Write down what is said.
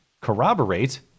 corroborate